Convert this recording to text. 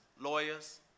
lawyers